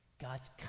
God's